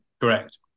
Correct